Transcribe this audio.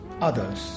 others